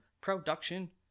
production